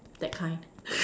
that kind